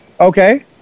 Okay